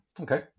Okay